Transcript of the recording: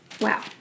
Wow